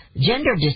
Gender